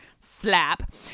Slap